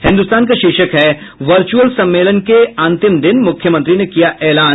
हिन्दुस्तान का शीर्षक है वर्चुअल सम्मेलन के अंतिम दिन मुख्यमंत्री ने किया एलान